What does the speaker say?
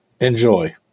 Enjoy